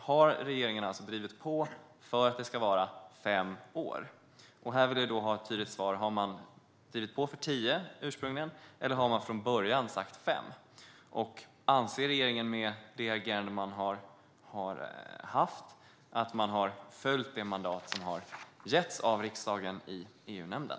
Har regeringen drivit på för att det ska vara fem år? Här vill jag ha ett tydligt svar. Har man drivit på för tio ursprungligen, eller har man sagt fem från början? Anser regeringen att man, med det agerande man har haft, har följt det mandat som har getts av riksdagen i EU-nämnden?